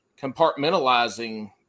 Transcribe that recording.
Compartmentalizing